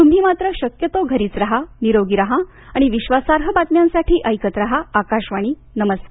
तुम्ही मात्र शक्यतो घरीच राहा निरोगी राहा आणि विश्वासार्ह बातम्यांसाठी ऐकत राहा आकाशवाणी नमस्कार